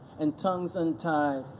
and tongues untied,